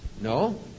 No